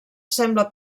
sembla